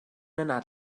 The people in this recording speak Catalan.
anar